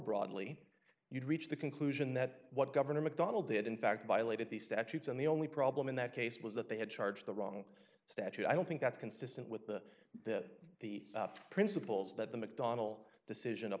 broadly you'd reach the conclusion that what governor mcdonnell did in fact violated the statutes and the only problem in that case was that they had charged the wrong statute i don't think that's consistent with the that the principles that the mcdonnell decision